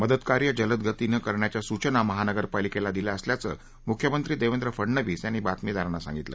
मदत कार्य जलदगतीनं करण्याच्या सूचना महानगरपालिकेला दिल्या असल्याचं मुख्यमंत्री देवेंद्र फडनवीस यांनी बातमीदारांना सांगितलं